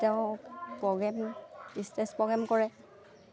তেওঁ program stage program কৰে